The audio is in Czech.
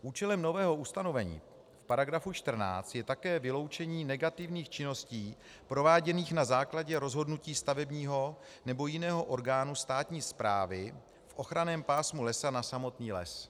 Účelem nového ustanovení § 14 je také vyloučení negativních činností prováděných na základě rozhodnutí stavebního nebo jiného orgánu státní správy v ochranném pásmu lesa na samotný les.